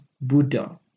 Buddha